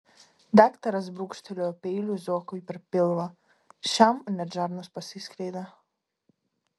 daktaras brūkštelėjo peiliu zuokui per pilvą šiam net žarnos pasiskleidė